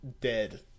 dead